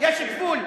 יש גבול.